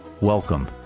Welcome